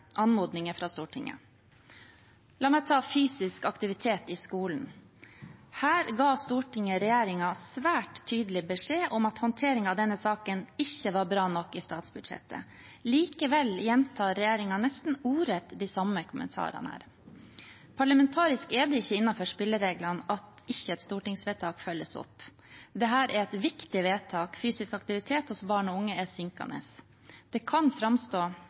anmodninger fra Stortinget. La meg ta fysisk aktivitet i skolen. Her ga Stortinget regjeringen svært tydelig beskjed om at håndteringen av denne saken ikke var bra nok i statsbudsjettet. Likevel gjentar regjeringen nesten ordrett de samme kommentarene. Parlamentarisk er det ikke innenfor spillereglene at et stortingsvedtak ikke følges opp. Dette er et viktig vedtak – fysisk aktivitet blant barn og unge er synkende. Det kan framstå